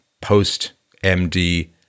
post-MD